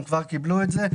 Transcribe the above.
הם כבר קיבלו את זה.